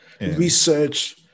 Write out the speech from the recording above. research